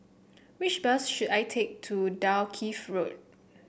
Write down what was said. which bus should I take to Dalkeith Road